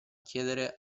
chiedere